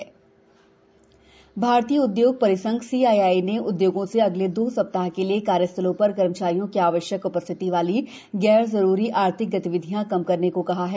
CII सलाह भारतीय उदयोग परिसंघ सीआईआई ने उदयोगों से अगले दो सप्ताह के लिए कार्यस्थलों पर कर्मचारियों की आवश्यक उपस्थिति वाली गैर जरूरी आर्थिक गतिविधियां कम करने को कहा है